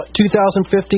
2015